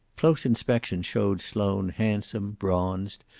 close inspection showed sloane handsome, bronzed,